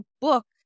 book